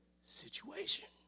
situation